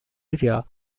area